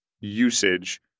usage